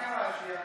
מה קרה שהקול שלה,